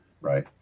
right